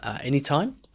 anytime